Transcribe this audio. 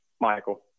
Michael